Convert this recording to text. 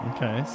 Okay